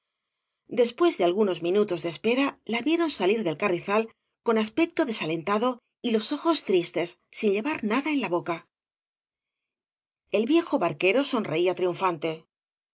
después de algunos minutos de espera la vieron salir del carrizal con aspecto desalentado y los ojos tristes sin llevar nada en la boca el viejo barquero sonreía triunfante